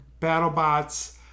BattleBots